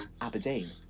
Aberdeen